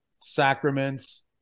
sacraments